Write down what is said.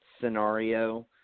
scenario